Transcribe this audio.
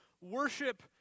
Worship